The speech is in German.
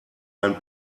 mein